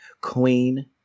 queen